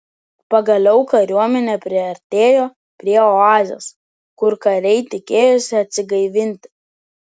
pagaliau kariuomenė priartėjo prie oazės kur kariai tikėjosi atsigaivinti